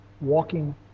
walking